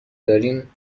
داریم